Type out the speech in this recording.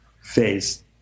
phase